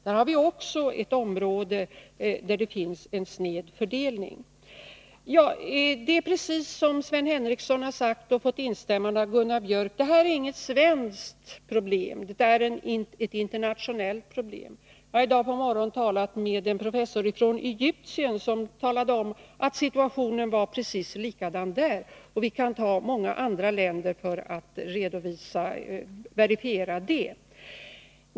Där har vi också ett område där det är en sned fördelning. Det är precis som Sven Henricsson sagt, med instämmande av Gunnar Biörck, att detta inte är något speciellt svenskt problem — det är ett internationellt problem. Jag har i dag på morgonen talat med en professor från Egypten, som talade om att situationen där var precis likadan. Vi kan nämna många andra länder för att verifiera det.